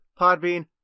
podbean